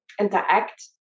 interact